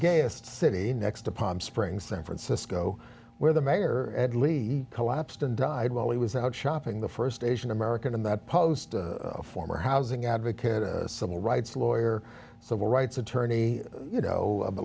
gayest city next to palm springs san francisco where the mayor ed lee collapsed and died while he was out shopping the st asian american in that post a former housing advocate a civil rights lawyer civil rights attorney you know a